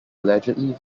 allegedly